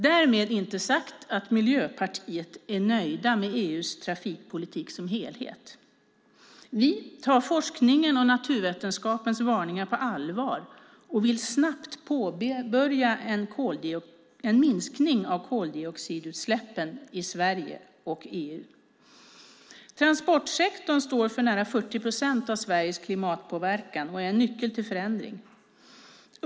Därmed inte sagt att vi i Miljöpartiet är nöjda med EU:s trafikpolitik som helhet. Vi tar forskningens och naturvetenskapens varningar på allvar och vill snabbt påbörja en minskning av koldioxidutsläppen i Sverige och EU. Transportsektorn står för nära 40 procent av Sveriges klimatpåverkan och är en nyckel till förändring.